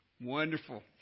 Wonderful